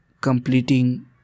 completing